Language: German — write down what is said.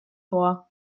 vor